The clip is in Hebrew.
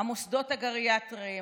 המוסדות הגריאטריים,